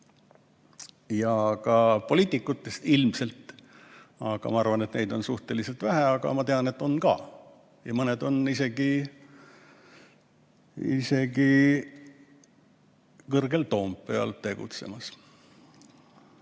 ja poliitikutestki ilmselt mitte, ma arvan, et neid on suhteliselt vähe. Aga ma tean, et neid on ka, mõned on isegi kõrgel Toompeal tegutsemas.